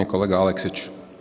Kolega Aleksić.